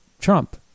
Trump